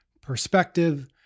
perspective